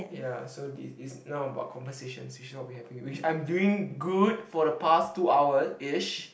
ya so it is now about conversations which is what we are having which I'm doing good for the past two hours ish